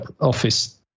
office